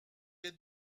est